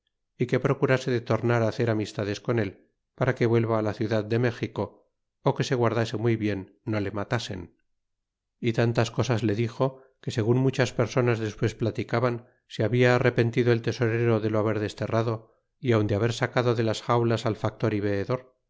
y que procurase de tornar hacer amistades con él para que vuelva la ciudad de méxico ó que se guardase muy bien no le matasen y tantas cosas le dixo que segun muchas personas despues platicaban se habia arrepentido el tesorero de lo haber desterrado y aun de haber sacado de las xaulas al factor y veedor